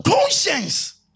Conscience